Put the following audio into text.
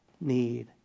need